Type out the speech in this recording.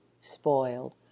spoiled